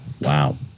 wow